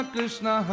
Krishna